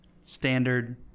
Standard